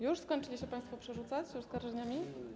Już skończyliście państwo przerzucać się oskarżeniami?